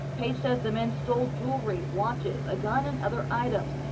page says the men stole jewelry, watches, a gun and other items.